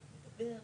זה מגולם